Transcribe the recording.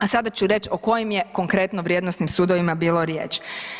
A sada ću reći o kojim je konkretno vrijednosnim sudovima bilo riječ.